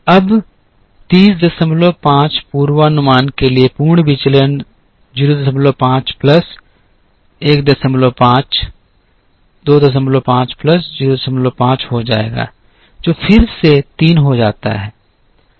अब 305 पूर्वानुमान के लिए पूर्ण विचलन 05 प्लस 15 25 प्लस 05 हो जाएगा जो फिर से 3 हो जाता है